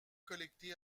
collectées